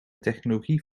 technologie